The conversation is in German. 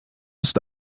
ist